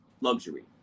luxury